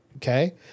Okay